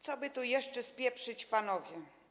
Co by tu jeszcze spieprzyć, Panowie?